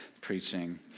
preaching